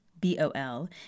B-O-L